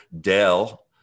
Dell